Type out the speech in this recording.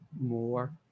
more